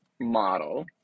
model